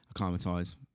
acclimatise